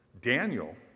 Daniel